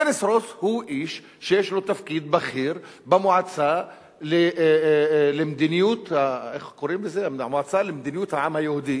דניס רוס הוא איש שיש לו תפקיד בכיר במועצה למדיניות העם היהודי.